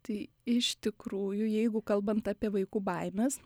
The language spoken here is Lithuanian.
tai iš tikrųjų jeigu kalbant apie vaikų baimes